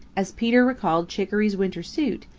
as peter recalled chicoree's winter suit,